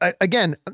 again